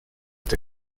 the